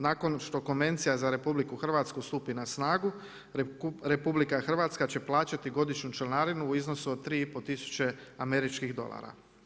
Nakon što Konvencija za RH stupi na snagu RH će plaćati godišnju članarinu u iznosu od 3,5 tisuće američkih dolara.